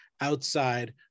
outside